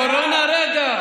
הקורונה, רגע.